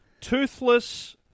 Toothless